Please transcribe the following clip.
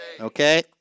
Okay